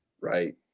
Right